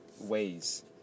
ways